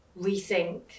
rethink